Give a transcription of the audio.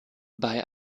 bei